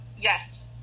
Yes